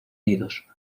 nidos